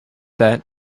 that